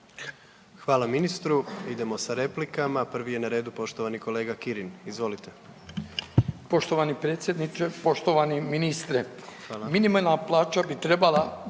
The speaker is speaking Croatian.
Hvala ministru. Idemo sa replikama. Prvi je na redu poštovani kolega Kirin. Izvolite. **Kirin, Ivan (HDZ)** Poštovani predsjedniče, poštovani ministre. Minimalna plaća bi trebala